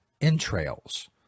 entrails